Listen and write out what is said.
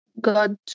god